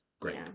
great